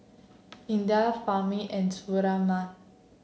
Indah Fahmi and Surinam